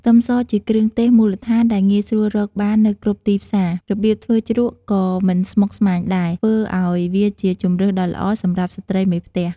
ខ្ទឹមសជាគ្រឿងទេសមូលដ្ឋានដែលងាយស្រួលរកបាននៅគ្រប់ទីផ្សារ របៀបធ្វើជ្រក់ក៏មិនស្មុគស្មាញដែរ ធ្វើឱ្យវាជាជម្រើសដ៏ល្អសម្រាប់ស្ត្រីមេផ្ទះ។